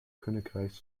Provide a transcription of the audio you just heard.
königreichs